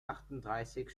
achtunddreißig